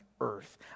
earth